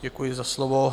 Děkuji za slovo.